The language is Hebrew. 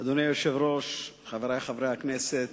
אדוני היושב-ראש, חברי חברי הכנסת,